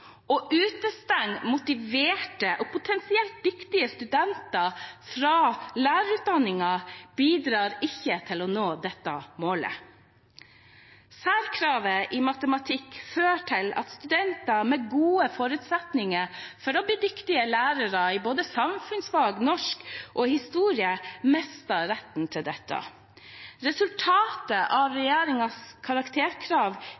Å utestenge motiverte og potensielt dyktige studenter fra lærerutdanningen bidrar ikke til å nå dette målet. Man sier også at særkravet i matematikk fører til at studenter med gode forutsetninger for å bli dyktige lærere i både samfunnsfag, norsk og historie mister retten til dette. Resultatet av